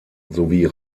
sowie